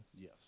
Yes